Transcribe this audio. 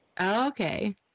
Okay